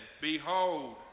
behold